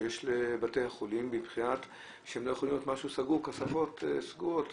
סגור, כספות סגורות.